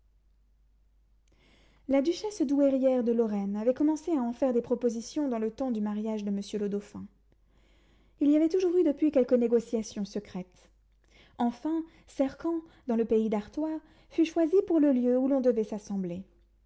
la duchesse douairière de lorraine avait commencé à en faire des propositions dans le temps du mariage de monsieur le dauphin il y avait toujours eu depuis quelque négociation secrète enfin cercamp dans le pays d'artois fut choisi pour le lieu où l'on devait s'assembler